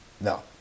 No